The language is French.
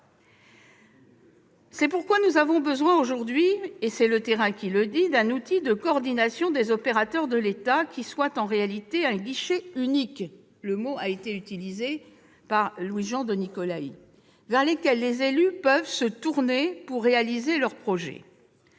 C'est pourquoi nous avons besoin aujourd'hui, et ce sont les élus de terrain qui le disent, d'un outil de coordination des opérateurs de l'État qui soit, en réalité, un guichet unique- l'expression a été utilisée par M. le rapporteur -vers lequel les élus puissent se tourner pour réaliser leurs projets.